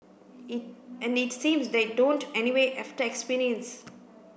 it and it seems they don't anyway after experience